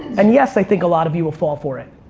and, yes, i think a lot of you will fall for it.